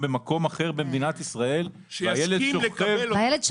בבקשה, אלי שליין.